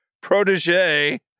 protege